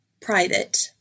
private